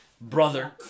brother